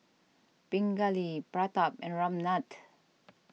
Pingali Pratap and Ramnath